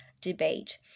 debate